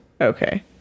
Okay